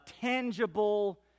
tangible